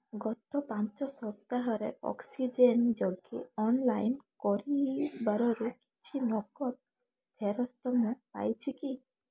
ଗତ ପାଞ୍ଚ ସପ୍ତାହରେ ଅକ୍ସିଜେନ୍ ଜଗି ଅନଲାଇନ୍ କରିବାରରୁ କିଛି ନଗଦ ଫେରସ୍ତ ମୁଁ ପାଇଛି କି